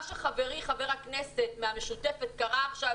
מה שחברי חבר הכנסת מהמשותפת קרא עכשיו,